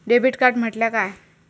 Debit card म्हटल्या काय?